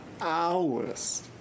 hours